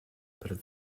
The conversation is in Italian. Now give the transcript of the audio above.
per